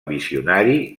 visionari